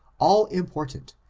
all-important,